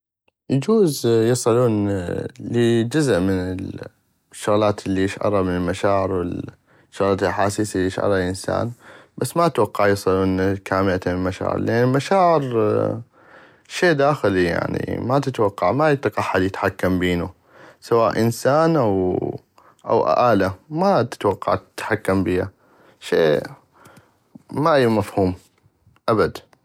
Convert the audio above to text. اجوز يصلون لجزء من الشغلات الي يشعرا من المشاعر والشغلات الاحاسيس الي يشعرها الانسان بس ما اتوقع يصلون كامتن للمشاعر لان المشاعر شي داخلي يعني ماتتوقع ما اطيق احد يتحكم بينو سواء انسان او الة ما اتوقع احد يتحكم بينو شي ما مفهوم ابد.